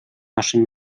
нашем